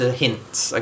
hints，